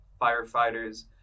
firefighters